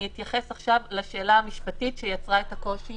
אני אתייחס עכשיו לשאלה המשפטית שיצרה את הקושי